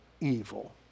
evil